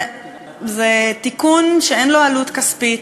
זה תיקון שאין לו עלות כספית.